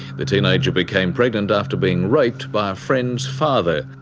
the teenager became pregnant after being raped by a friend's father.